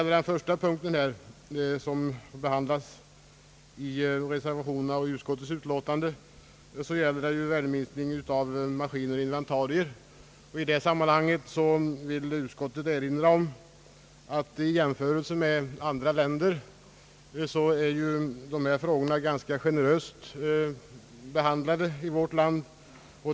En punkt som behandlas i en reservation i utskottets betänkande gäller värdeminskning av maskiner och inventarier. I detta sammanhang vill utskottet erinra om att dessa frågor är ganska generöst behandlade i vårt land i jämförelse med vad förhållandet är i andra länder.